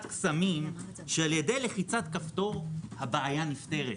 קסמים שעל ידי לחיצת כפתור הבעיה נפתרת,